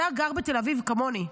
אתה גר בתל אביב, כמוני,